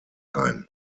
ein